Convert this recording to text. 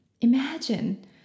imagine